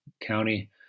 county